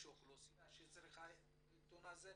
יש אוכלוסייה שצריכה את העיתון הזה.